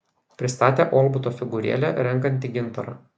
pristatė olbuto figūrėlę renkanti gintarą